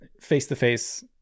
face-to-face